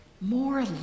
more